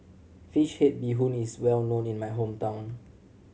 fish head bee hoon is well known in my hometown